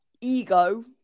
ego